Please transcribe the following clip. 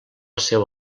seu